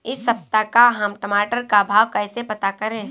इस सप्ताह का हम टमाटर का भाव कैसे पता करें?